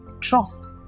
Trust